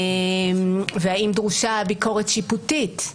והאם דרושה ביקורת שיפוטית?